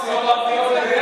וסיעות ערביות,